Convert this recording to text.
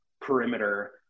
perimeter